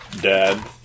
dad